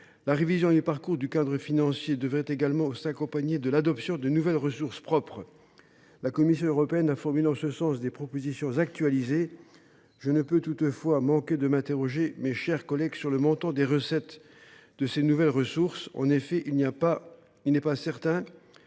La révision à mi parcours du cadre financier pluriannuel devrait également s’accompagner de l’adoption de nouvelles ressources propres. La Commission européenne a formulé des propositions actualisées en ce sens. Je ne peux pas, toutefois, m’empêcher de m’interroger, mes chers collègues, sur le montant des recettes tirées de ces nouvelles ressources. En effet, il n’est pas certain